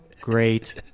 great